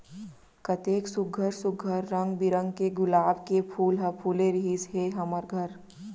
कतेक सुग्घर सुघ्घर रंग बिरंग के गुलाब के फूल ह फूले रिहिस हे हमर घर